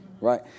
Right